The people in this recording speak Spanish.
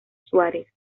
suárez